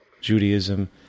Judaism